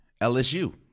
LSU